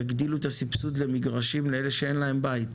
תגדילו את הסבסוד למגרשים לאנשים שאין להם בית,